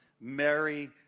Mary